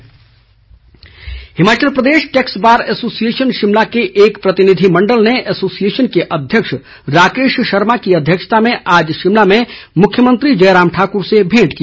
भेंट Himachal Pradesh tax bar association Shimla के एक प्रतिनिधिमण्डल ने एसोसिएशन के अध्यक्ष राकेश शर्मा की अध्यक्षता में आज शिमला में मुख्यमंत्री जयराम ठाकुर से भेंट की